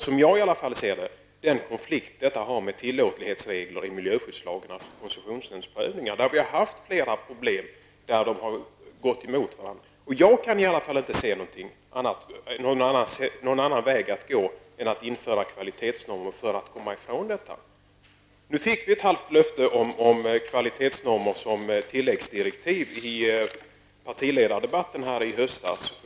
Som jag ser det är det konflikt med tillåtlighetsreglerna i miljöskyddslagen och koncessionsnämndsprövningar. Vi har i flera fall haft problem med att de har gått emot varandra. Jag kan inte se någon annan väg att gå än att införa kvalitetsnormer för att komma ifrån detta. Nu fick vi ett halvt löfte om kvalitetsnormer som tilläggsdirektiv i partiledardebatten i höstas.